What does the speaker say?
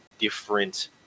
different